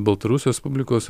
baltarusijos publikos